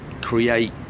create